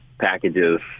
packages